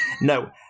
No